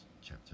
chapter